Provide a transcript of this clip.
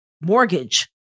mortgage